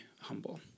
humble